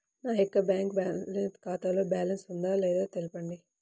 నా యొక్క బ్యాంక్ ఖాతాలో బ్యాలెన్స్ ఎంత ఉందో తెలపండి?